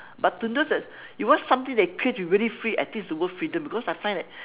but to know that you want something that create really free I think it's the word freedom because I find that